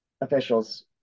officials